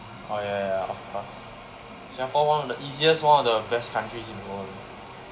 oh ya ya ya of course singapore one of the easiest one of the best countries in the world